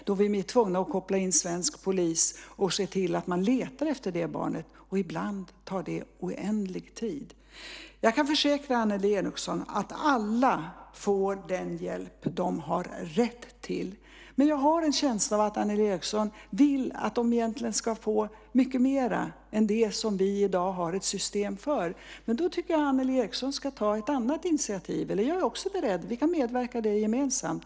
Då blir vi tvungna att koppla in svensk polis och se till att man letar efter det barnet, och ibland tar det oändlig tid. Jag kan försäkra Annelie Enochson att alla får den hjälp de har rätt till. Men jag har en känsla av att Annelie Enochson vill att de egentligen ska få mycket mer än det som vi i dag har ett system för. Då tycker jag att Annelie Enochson ska ta ett annat initiativ, och jag är också beredd göra det. Vi kan medverka i det gemensamt.